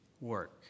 work